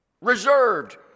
reserved